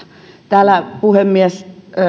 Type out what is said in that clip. täällä puhemies